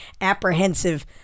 apprehensive